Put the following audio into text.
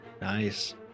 Nice